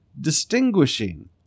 distinguishing